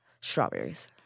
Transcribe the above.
strawberries